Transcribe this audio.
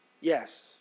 Yes